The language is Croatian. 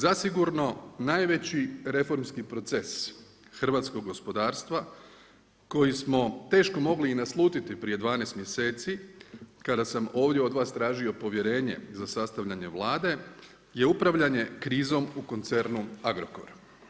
Zasigurno najveći reformski proces hrvatskog gospodarstva, koji smo teško mogli i naslutiti prije 12 mjeseci, kada sam ovdje od vas tražio povjerenje za sastavljanje Vlade, je upravljanje krizom u koncernu Agrokor.